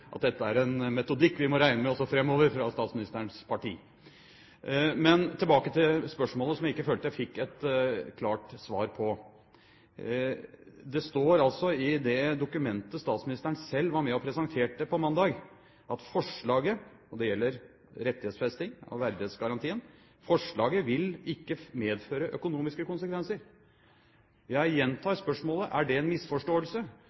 at dette er en metodikk vi må regne med også framover fra statsministerens parti. Tilbake til spørsmålet, som jeg følte jeg ikke fikk et klart svar på. Det står altså i det dokumentet statsministeren selv var med og presenterte mandag, at forslaget – det gjelder rettighetsfesting av verdighetsgarantien – ikke vil «medføre økonomiske konsekvenser». Jeg gjentar spørsmålet: Er det en misforståelse?